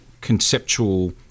Conceptual